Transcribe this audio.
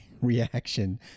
reaction